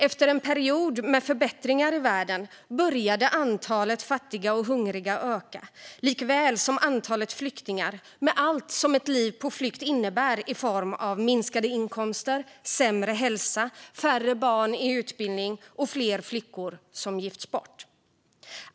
Efter en period med förbättringar i världen började antalet fattiga och hungriga att öka likaväl som antalet flyktingar med allt som ett liv på flykt innebär i form av minskade inkomster, sämre hälsa, färre barn i utbildning och fler flickor som gifts bort.